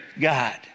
God